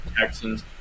Texans